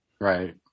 Right